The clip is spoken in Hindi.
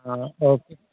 हाँ और